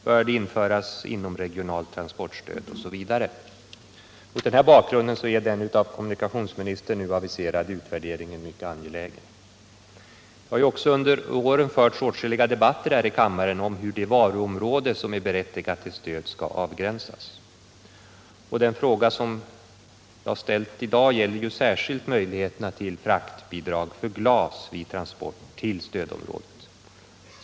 Bör ett inomregionalt transportstöd införas? Mot denna bakgrund är den av kommunikationsministern nu aviserade utvärderingen mycket angelägen. Det har också under åren förts åtskilliga debatter här i kammaren om hur det varuområde som är berättigat till stöd skall avgränsas. Den fråga som jag nu har ställt gäller särskilt möjligheterna till fraktbidrag för glas vid transport till stödområdet.